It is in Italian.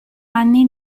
anni